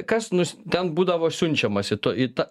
kas nus ten būdavo siunčiamas į to į tą